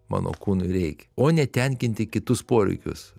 mano kūnui reikia o ne tenkinti kitus poreikius